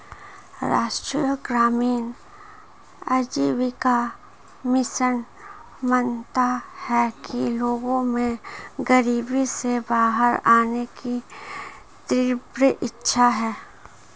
राष्ट्रीय ग्रामीण आजीविका मिशन मानता है कि लोगों में गरीबी से बाहर आने की तीव्र इच्छा है